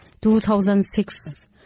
2006